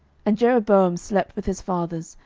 and jeroboam slept with his fathers,